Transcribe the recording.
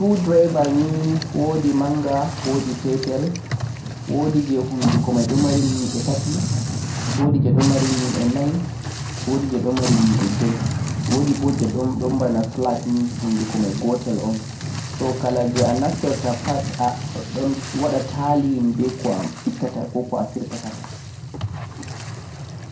screwdriver nei woodi manga, woodi petal woodi jee hunduko medhum mari nyi'e tati, woodi jee dhum mari nyi'e nayi, woodi jee dhum mari ni'e joe, woodi boh jee dhum boona flat nei hunduko mei gotal o'n so kalajee a naftertaa pad a-a don wada taali e'beku'am a ittataa ko-ko a firtataa.